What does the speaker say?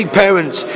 parents